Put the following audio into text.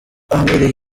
ahabereye